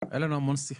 היו לנו המון שיחות.